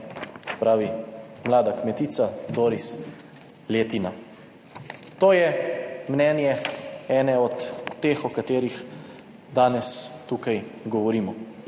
pravi, mlada kmetica Boris Letina, to je mnenje ene od teh, o katerih danes tukaj govorimo.